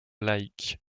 laïcs